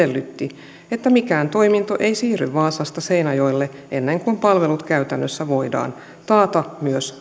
kirjauksin edellytti että mikään toiminto ei siirry vaasasta seinäjoelle ennen kuin palvelut käytännössä voidaan taata